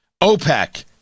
OPEC